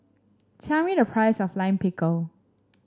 tell me the price of Lime Pickle